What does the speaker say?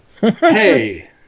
Hey